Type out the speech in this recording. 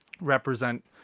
represent